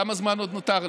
כמה זמן עוד נותר לי?